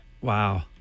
Wow